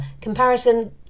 comparison